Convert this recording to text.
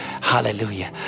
Hallelujah